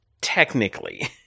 technically